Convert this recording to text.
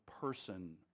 person